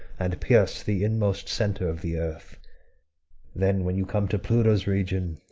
and pierce the inmost centre of the earth then, when you come to pluto's region,